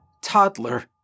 toddler